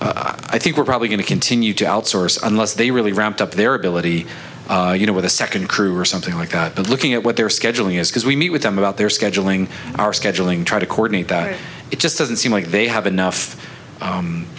is i think we're probably going to continue to outsource unless they really ramped up their ability you know with a second crew or something like that but looking at what their scheduling is because we meet with them about their scheduling our scheduling try to coordinate that and it just doesn't seem like they have enough